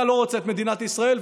אתה לא רוצה את מדינת ישראל,